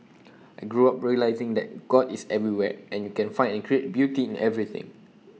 I grew up realising that God is everywhere and you can find and create beauty in everything